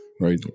right